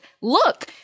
look